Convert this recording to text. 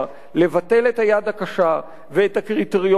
לבטל את היד הקשה ואת הקריטריונים,